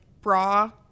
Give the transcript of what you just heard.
bra